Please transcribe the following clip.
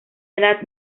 edad